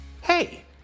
Hey